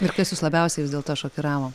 ir kas jus labiausiai vis dėlto šokiravo